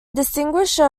distinguished